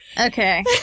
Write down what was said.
Okay